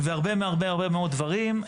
והרבה מהרבה מאוד דברים.